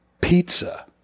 pizza –